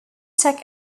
tech